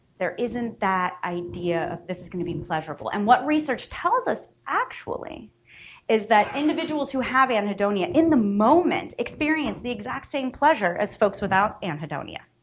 there isn't that idea of this is going to be pleasurable and what research tells us actually is that individuals who have anhedonia in the moment experience the exact same pleasure as folks without anhedonia.